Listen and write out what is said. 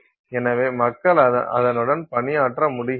எனவே மக்கள் அதனுடன் பணியாற்ற முடிகிறது